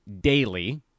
daily